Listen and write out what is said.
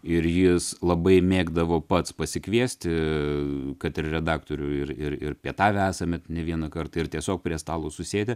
ir jis labai mėgdavo pats pasikviesti kad ir redaktorių ir ir ir pietavę esame ne vieną kartą ir tiesiog prie stalo susėdę